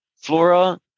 Flora